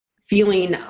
feeling